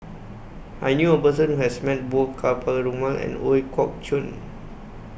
I knew A Person Who has Met Both Ka Perumal and Ooi Kok Chuen